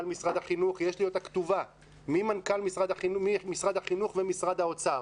משרד החינוך יש לי אותה כתובה ממשרד החינוך ומשרד האוצר,